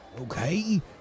Okay